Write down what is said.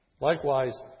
likewise